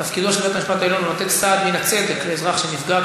תפקידו של בית-המשפט העליון הוא לתת סעד מן הצדק לאזרח שנפגע,